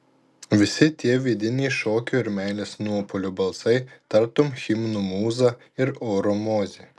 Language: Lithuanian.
visi tie vidiniai šokio ir meilės nuopuolio balsai tartum himnų mūza ir oro mozė